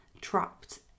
trapped